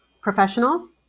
professional